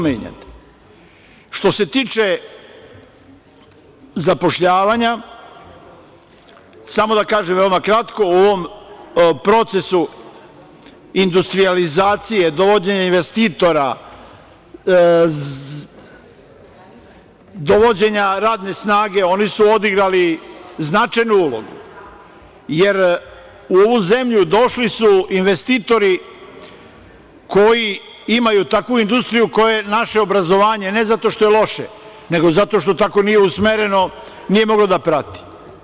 Što se tiče zapošljavanja, samo da kažem veoma kratko, u ovom procesu industrijalizacije, dovođenja investitora, dovođenja radne snage, oni su odigrali značajnu ulogu, jer u ovu zemlju došli su investitori koji imaju takvu industriju koje naše obrazovanje, ne zato što je loše, nego zato što tako nije usmereno, nije moglo da prati.